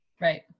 Right